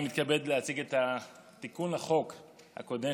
אני מתכבד להציג את התיקון לחוק הקודם,